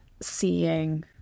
seeing